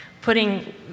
putting